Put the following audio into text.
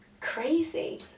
Crazy